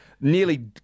Nearly